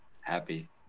happy